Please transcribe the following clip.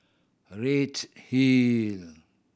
a redhill